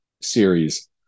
series